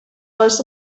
was